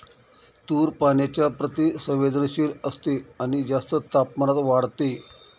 तूर पाण्याच्या प्रति संवेदनशील असते आणि जास्त तापमानात वाढते